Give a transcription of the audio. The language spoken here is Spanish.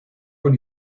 con